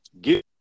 get